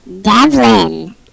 Devlin